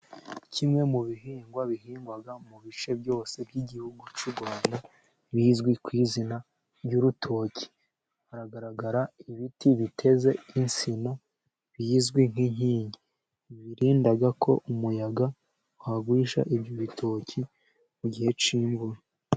Kimwe mu bihingwa bihingwa mu bice byose by'igihugu cy'u Rwanda bizwi ku izina ry'urutoki, haragaragara ibiti biteze insina bizwi nk'inkingi birinda ko umuyaga wagusha ibyo bitoki mu gihe cy'imvura.